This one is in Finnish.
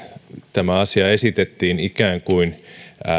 tämä asia esitettiin ikään kuin